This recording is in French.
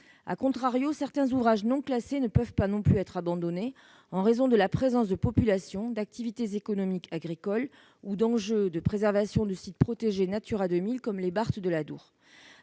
d'euros., certains ouvrages non classés ne peuvent pas non plus être abandonnés, en raison de la présence de population, d'activités économiques agricoles ou d'enjeux de préservation de sites protégés Natura 2000, comme les barthes de l'Adour.